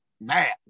mad